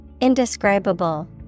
indescribable